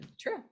True